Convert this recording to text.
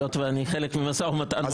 היות שאני חלק מהמשא-ומתן --- אז